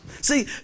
See